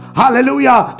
hallelujah